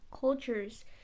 Cultures